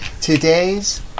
Today's